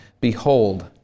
Behold